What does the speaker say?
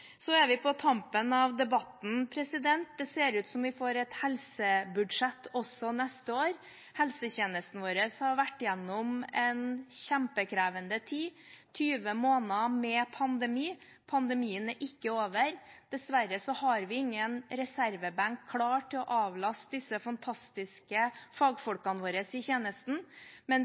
Så er vi på tampen av debatten. Det ser ut som vi får et helsebudsjett også neste år. Helsetjenesten vår har vært gjennom en kjempekrevende tid: 20 måneder med pandemi. Pandemien er ikke over. Dessverre har vi ingen reservebenk klar til å avlaste de fantastiske fagfolkene våre i tjenesten, men